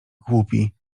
głupi